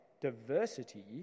diversity